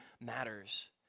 matters